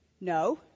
No